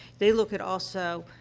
they look at, also,